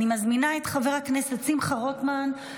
אני מזמינה את חבר הכנסת שמחה רוטמן,